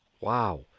Wow